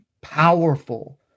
powerful